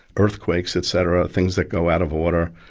earthquakes etc, things that go out of order,